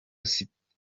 sitati